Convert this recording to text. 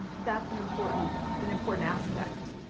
that's an important an important aspect.